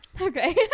Okay